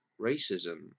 racism